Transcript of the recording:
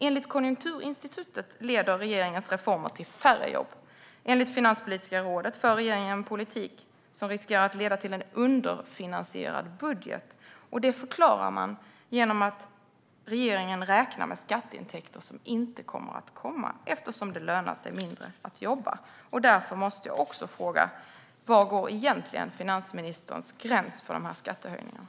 Enligt Konjunkturinstitutet leder regeringens reformer till färre jobb. Enligt Finanspolitiska rådet för regeringen en politik som riskerar att leda till en underfinansierad budget. Det förklarar man genom att regeringen räknar med skatteintäkter som inte kommer att komma eftersom det lönar sig mindre att jobba. Därför måste jag också fråga: Var går egentligen finansministerns gräns för skattehöjningarna?